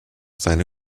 seine